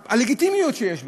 הלגיטימיות שיש בזה,